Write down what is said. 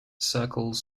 circles